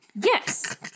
Yes